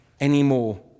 anymore